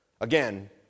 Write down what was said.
again